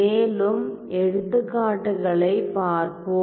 மேலும் எடுத்துக்காட்டுகளைப் பார்ப்போம்